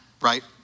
right